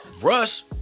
Russ